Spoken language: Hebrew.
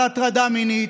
על הטרדה מינית,